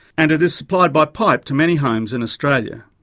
and it is supplied by pipe to many homes in australia.